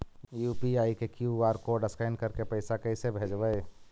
UPI के QR code scan करके पैसा कैसे भेजबइ?